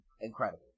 incredible